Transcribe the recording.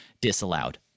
disallowed